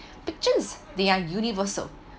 pictures they are universal